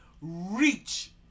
reach